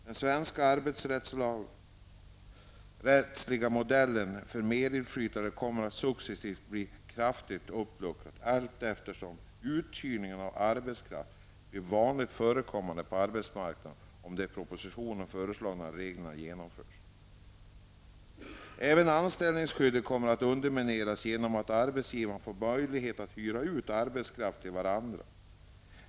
Den svenska arbetsrättsliga modellen för medinflytande kommer att successivt bli kraftigt uppluckrad, allteftersom uthyrning av arbetskraft blir vanligen förekommande på arbetsmarknaden, om den i propositionen föreslagna regleringen genomförs. Även anställningsskyddet kommer att undermineras genom att arbetsgivarna får möjlighet att hyra ut arbetskraft till varandra.